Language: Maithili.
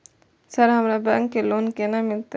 सर हमरा बैंक से लोन केना मिलते?